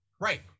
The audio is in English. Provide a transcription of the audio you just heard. Right